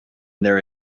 there